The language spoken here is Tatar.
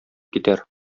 китәр